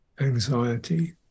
anxiety